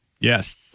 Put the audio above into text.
yes